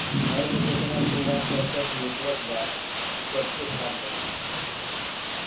घर में जेतना कूड़ा करकट निकलत बा उ सबसे खाद बनेला